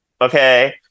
okay